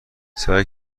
سعی